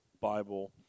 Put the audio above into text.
Bible